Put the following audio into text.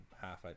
half